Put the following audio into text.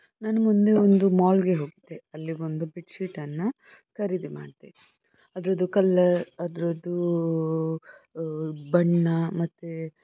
ನಾನು ಮೊನ್ನೆ ಒಂದು ಮಾಲ್ಗೆ ಹೋಗಿದ್ದೆ ಅಲ್ಲಿಗೊಂದು ಬೆಡ್ಶೀಟನ್ನು ಖರೀದಿ ಮಾಡಿದೆ ಅದ್ರದು ಕಲ್ಲರ್ ಅದರದ್ದು ಬಣ್ಣ ಮತ್ತು